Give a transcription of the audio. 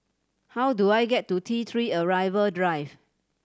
how do I get to T Three Arrival Drive